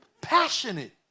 Passionate